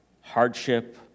hardship